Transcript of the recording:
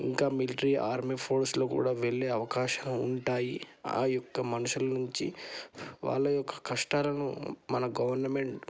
ఇంకా military army ఫోర్సులో కూడా వెళ్ళే అవకాశాలు ఉంటాయి ఆ యొక్క మనుషుల నుంచి వాళ్ళ యొక్క కష్టాలను మన గవర్నమెంట్